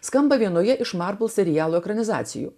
skamba vienoje iš margų serialo ekranizacijų